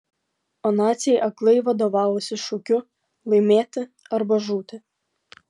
o naciai aklai vadovavosi šūkiu laimėti arba žūti